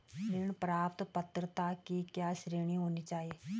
ऋण प्राप्त पात्रता की क्या श्रेणी होनी चाहिए?